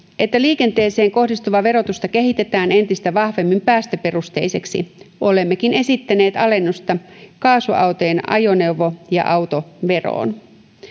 että liikenteeseen kohdistuvaa verotusta kehitetään entistä vahvemmin päästöperusteiseksi olemmekin esittäneet alennusta kaasuautojen ajoneuvo ja autoveroon